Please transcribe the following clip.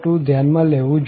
ધ્યાન માં લેવું જોઈએ